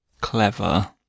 Clever